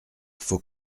faut